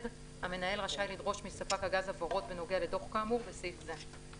המנהל רשאי לדרוש מספק הגז הבהרות בנוגע לדו"ח כאמור בסעיף זה.